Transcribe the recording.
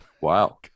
Wow